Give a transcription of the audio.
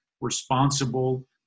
responsible